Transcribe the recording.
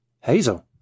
Hazel